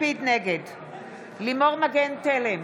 נגד לימור מגן תלם,